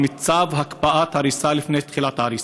עם צו הקפאת הריסה לפני תחילת ההריסה.